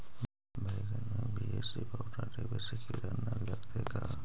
बैगन में BAC powder देबे से किड़ा न लगतै का?